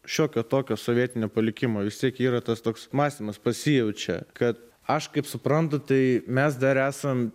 šiokio tokio sovietinio palikimo išsyk yra tas toks mąstymas pasijaučia kad aš kaip suprantu tai mes dar esam